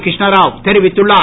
கிருஷ்ணராவ் தெரிவித்துள்ளார்